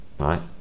Right